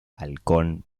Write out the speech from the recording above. halcón